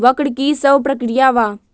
वक्र कि शव प्रकिया वा?